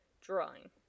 drawing